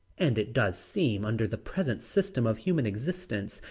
and it does seem under the present system of human existence,